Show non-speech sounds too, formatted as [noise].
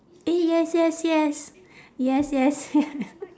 eh yes yes yes yes yes [laughs]